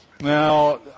Now